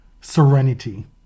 serenity